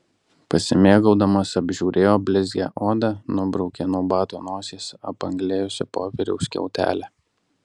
pasimėgaudamas apžiūrėjo blizgią odą nubraukė nuo bato nosies apanglėjusio popieriaus skiautelę